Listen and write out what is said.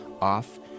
off